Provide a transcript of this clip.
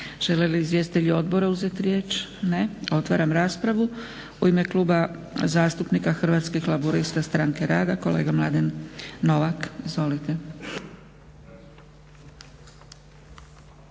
Žele li izvjestitelji odbora uzeti riječ? Ne. Otvaram raspravu. U ime Kluba zastupnika Hrvatskih laburista-Stranke rada kolega Mladen Novak. Izvolite.